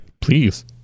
Please